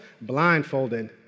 blindfolded